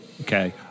Okay